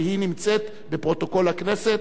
והיא נמצאת בפרוטוקול הכנסת,